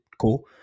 Cool